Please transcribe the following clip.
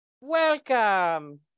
Welcome